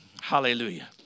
Hallelujah